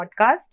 podcast